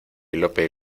lope